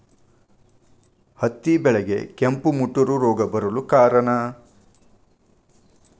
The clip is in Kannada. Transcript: ಹತ್ತಿ ಬೆಳೆಗೆ ಕೆಂಪು ಮುಟೂರು ರೋಗ ಬರಲು ಕಾರಣ?